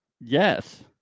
Yes